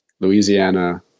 louisiana